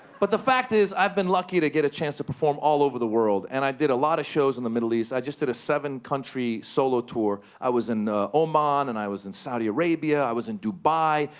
but the fact is, i've been lucky to get a chance to perform all over the world, and i did a lot of shows in the middle east. i just did a seven-country solo tour. i was in oman, and i was in saudi arabia. i was in dubai.